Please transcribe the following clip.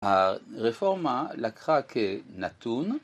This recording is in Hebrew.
הרפורמה לקחה כנתון